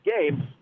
game